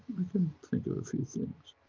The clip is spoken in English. we can think of a few things.